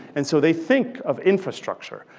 and so they think of infrastructure.